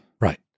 Right